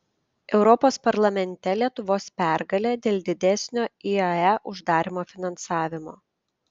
europos parlamente lietuvos pergalė dėl didesnio iae uždarymo finansavimo